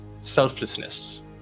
selflessness